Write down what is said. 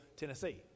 Tennessee